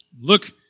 Look